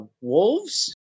wolves